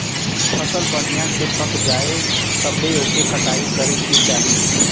फसल बढ़िया से पक जाये तब्बे ओकर कटाई करे के चाही